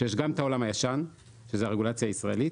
שיש גם את "העולם הישן" שזו הרגולציה הישראלית,